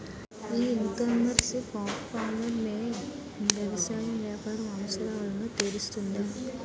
ఈ ecommerce platform మీ వ్యవసాయ వ్యాపార అవసరాలను తీరుస్తుందా?